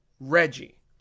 Reggie